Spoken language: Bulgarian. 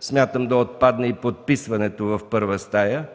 Смятам да отпадне и подписването в първа стая.